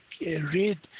read